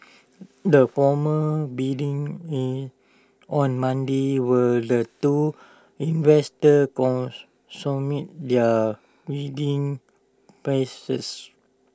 the formal bidding is on Monday were the two investors com submit their bidding prices